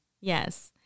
Yes